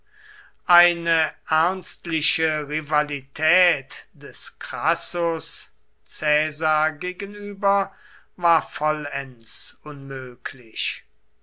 eine ernstliche rivalität des crassus caesar gegenüber war vollends unmöglich